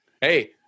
Hey